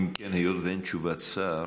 אם כן, היות שאין תשובת שר,